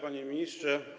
Panie Ministrze!